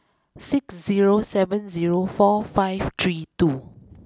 six zero seven zero four five three two